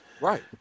Right